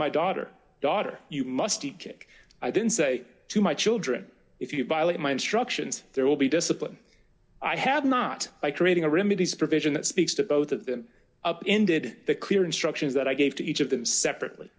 my daughter daughter you must eat cake i didn't say to my children if you violate my instructions there will be discipline i had not by creating a remedies provision that speaks to both of them up ended the clear instructions that i gave to each of them separately